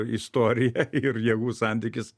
istorija ir jėgų santykis